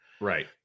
Right